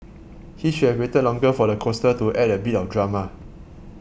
he should have waited longer for the coaster to add a bit of drama